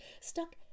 stuck